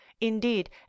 indeed